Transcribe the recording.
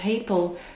people